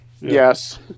Yes